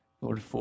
Lord